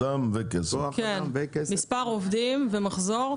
מספר עובדים ומחזור.